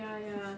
ya ya